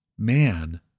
man